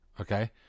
okay